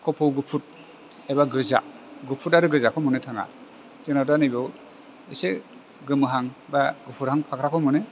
खोफौ गुफुर एबा गोजा गुफुर आरो गोजाखौ मोननो थाङा जोंनाव दा नैबेयाव एसे गोमोहां बा गुफुरहां फाख्राखौ मोनो